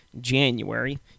January